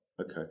Okay